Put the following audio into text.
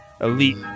elite